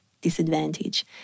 disadvantage